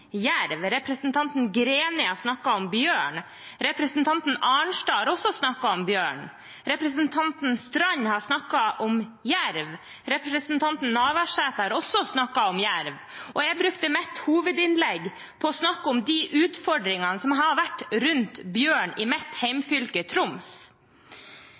jerv, representanten Greni har snakket om bjørn, representanten Arnstad har også snakket om bjørn, representanten Knutsdatter Strand har snakket om jerv, representanten Navarsete har også snakket om jerv, og jeg brukte mitt hovedinnlegg til å snakke om de utfordringene som har vært rundt bjørn i mitt hjemfylke, Troms.